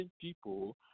people